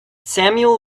samuel